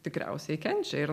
tikriausiai kenčia ir